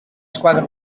squadra